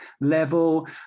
level